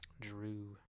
Drew